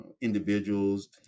individuals